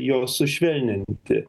jos sušvelninti